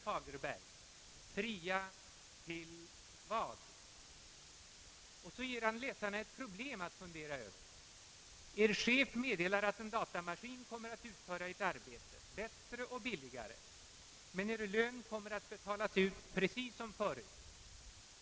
Fagerberg frågar: »Fria till vad?» Han ger läsarna ett problem att fundera över: »Er chef talar om att en datamaskin kommer att utföra Ert arbete bättre och billigare, men Er lön kommer att betalas ut precis som förut.